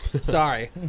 Sorry